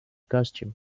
costume